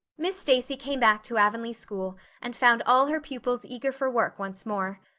miss stacy came back to avonlea school and found all her pupils eager for work once more.